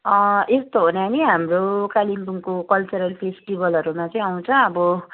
यस्तो हो नानी हाम्रो कालिम्पोङको कल्चरल फेस्टिभलहरूमा चाहिँ आउँछ अब